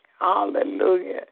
Hallelujah